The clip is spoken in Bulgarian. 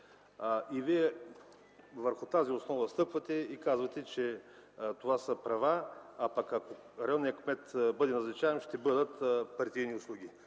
стъпвате върху тази основа и казвате, че това са права, а ако районният кмет бъде назначаем, ще бъдат партийни услуги.